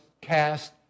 cast